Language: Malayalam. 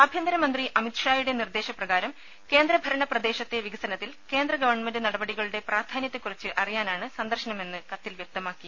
ആഭ്യന്തര മന്ത്രി അമിത്ഷായുടെ നിർദ്ദേശപ്രകാരം കേന്ദ്രഭരണ പ്രദേശത്തെ വികസനത്തിൽ കേന്ദ്രഗവൺമെന്റ് നടപടികളുടെ പ്രാധാന്യത്തെക്കുറിച്ച് അറിയാനാണ് സന്ദർശനമെന്ന് കത്തിൽ വ്യക്തമാക്കി